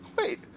wait